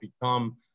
become